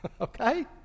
okay